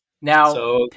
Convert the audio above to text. Now